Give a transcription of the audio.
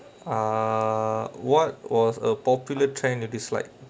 ah what was a popular trend you dislike